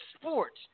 sports